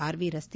R V ರಸ್ತೆ